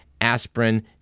aspirin